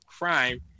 crime